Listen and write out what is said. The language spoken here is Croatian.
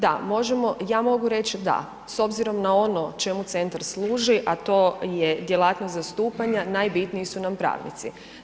Da, možemo, ja mogu reći da, s obzirom na ono čemu centar služi, a to je djelatnost zastupanja, najbitniji su nam pravnici.